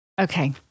Okay